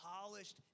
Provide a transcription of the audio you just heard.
polished